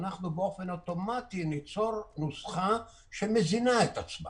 אנחנו באופן אוטומטי ניצור נוסחה שמזינה את עצמה.